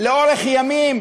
לאורך ימים,